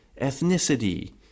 ethnicity